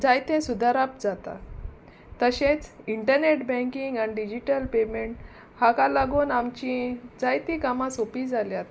जायते सुदारप जाता तशेंच इंटरनेट बँकींग आनी डिजीटल पेमेंट हाका लागून आमची जायतीं कामां सोंपी जाल्यात